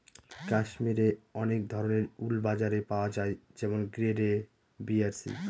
কাশ্মিরে অনেক ধরনের উল বাজারে পাওয়া যায় যেমন গ্রেড এ, বি আর সি